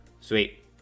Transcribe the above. Sweet